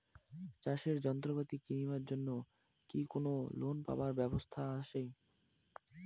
চাষের যন্ত্রপাতি কিনিবার জন্য কি কোনো লোন পাবার ব্যবস্থা আসে?